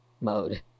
mode